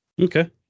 okay